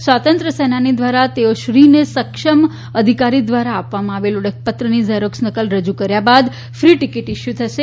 સ્વાતંત્ર્ય સેનાની દ્વારા તેઓશ્રીને સક્ષમ અધિકારી દ્વારા આપવામાં આવેલ ઓળખ પત્રની ઝેરોક્ષ નકલ રજુ કર્યા બાદ ફી ટીકીટ ઈસ્યુ થશે